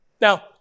Now